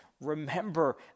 Remember